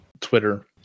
Twitter